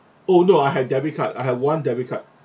oh no I have debit card I have one debit card